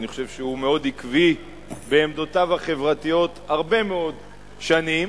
אני חושב שהוא מאוד עקבי בעמדותיו החברתיות הרבה מאוד שנים,